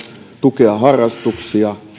tukea harrastuksia